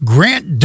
Grant